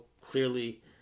clearly